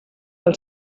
del